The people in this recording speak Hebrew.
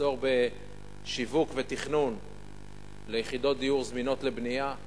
מחסור בשיווק ותכנון יחידות דיור זמינות לבנייה,